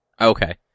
Okay